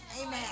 Amen